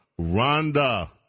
Rhonda